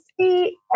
see